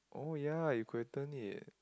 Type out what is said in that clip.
oh ya you could have turn it